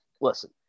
listen